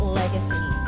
legacy